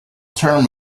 term